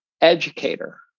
educator